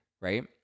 Right